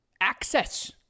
access